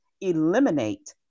eliminate